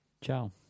Ciao